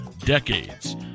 DECADES